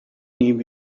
new